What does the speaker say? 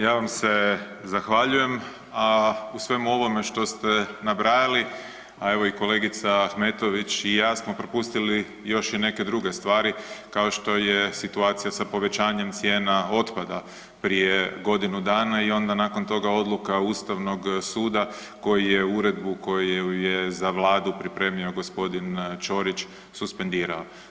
Ja vam se zahvaljujem, a u svemu ovome što ste nabrajali, a evo i kolegica Ahmetović i ja smo propustili još i neke druge stvari, kao što je situacija sa povećanjem cijena otpada prije godinu dana i onda nakon toga odluka ustavnog suda koji je uredbu koju je za vladu pripremio g. Ćorić suspendirao.